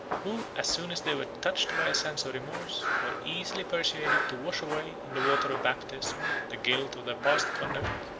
who, as soon as they were touched by a sense of remorse, were easily persuaded to wash away, in the water of baptism, the guilt of their past conduct,